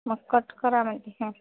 मग कट करा